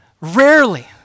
Rarely